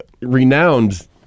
renowned